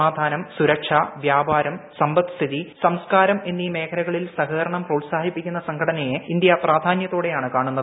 സമാധാനം സുരക്ഷ വ്യാപാരം സമ്പദ്സ്ഥിതി സംസ്ക്കാരം എന്നീ മേഖലകളിൽ സഹകരണം പ്രോത്സാഹിപ്പിക്കുന്ന സംഘട്ടനയെ ഇന്ത്യ പ്രാധാന്യത്തോടെയാണ് കാണുന്നത്